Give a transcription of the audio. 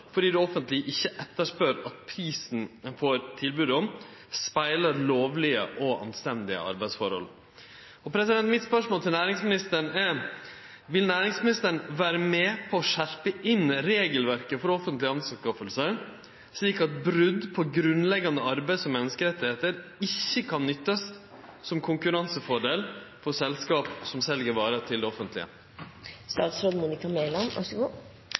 fordi det offentlege ikkje etterspør at prisen dei får tilbod om, speglar lovlege og anstendige arbeidsforhold. Mitt spørsmål til næringsministeren er: Vil næringsministeren vere med på å skjerpe inn regelverket for offentlege anskaffingar, slik at brot på grunnleggjande arbeids- og menneskerettar ikkje kan nyttast som konkurransefordel for selskap som sel varer til det